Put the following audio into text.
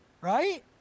Right